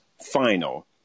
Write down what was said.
final